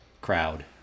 crowd